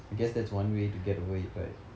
I guess that's one way to get over it right